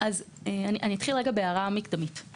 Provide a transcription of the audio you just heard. ואני אפתח בהערה מקדמית.